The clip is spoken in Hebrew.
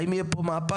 האם יהיה פה מהפך?